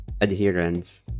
adherence